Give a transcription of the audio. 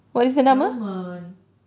government